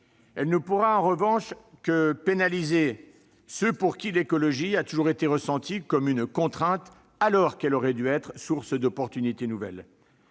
Elle ne pourra en revanche que pénaliser ceux pour qui l'écologie a toujours été ressentie comme une contrainte, alors qu'elle aurait dû être source de chances nouvelles.